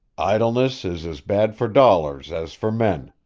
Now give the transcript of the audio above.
idleness is as bad for dollars as for men,